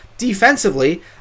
defensively